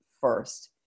first